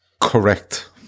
Correct